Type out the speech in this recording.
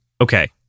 Okay